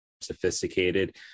sophisticated